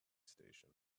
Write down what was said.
station